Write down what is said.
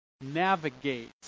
navigate